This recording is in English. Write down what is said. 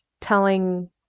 telling